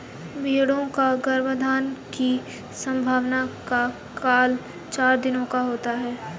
भेंड़ों का गर्भाधान की संभावना का काल चार दिनों का होता है